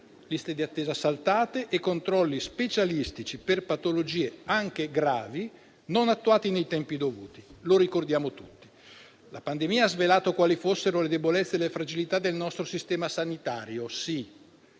liste di attesa saltate e controlli specialistici, per patologie anche gravi, non attuati nei tempi dovuti (lo ricordiamo tutti). La pandemia ha svelato quali fossero le debolezze e le fragilità del nostro sistema sanitario, sì.